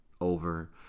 over